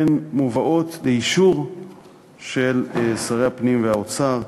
הן מובאות לאישור של שרי הפנים והאוצר.